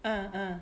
ah ah